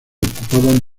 ocupaban